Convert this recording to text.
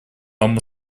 вам